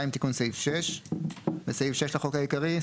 2. תיקון סעיף 6. בסעיף 6 לחוק העיקרי,